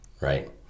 right